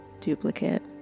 duplicate